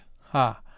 Ha